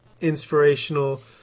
inspirational